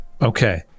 Okay